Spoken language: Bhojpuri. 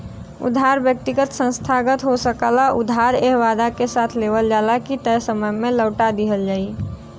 उधार व्यक्तिगत संस्थागत हो सकला उधार एह वादा के साथ लेवल जाला की तय समय में लौटा दिहल जाइ